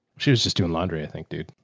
she was just doing laundry i think, dude,